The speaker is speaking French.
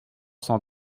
cent